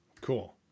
Cool